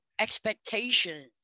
expectations